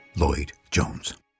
Lloyd-Jones